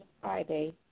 Friday